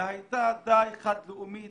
הייתה דעה אחת לאומית,